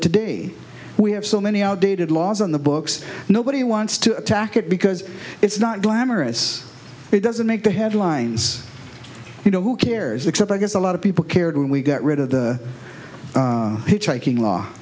today we have so many outdated laws on the books nobody wants to attack it because it's not glamorous it doesn't make the headlines you know who cares except i guess a lot of people cared when we got rid of the hitchhiking law